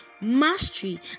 mastery